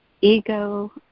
ego